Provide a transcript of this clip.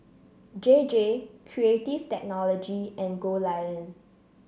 J J Creative Technology and Goldlion